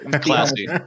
Classy